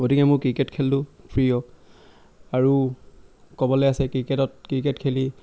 গতিকে মোৰ ক্ৰিকেট খেলটো প্ৰিয় আৰু ক'বলৈ আছে ক্ৰিকেটত ক্ৰিকেট খেলি